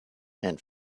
and